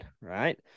right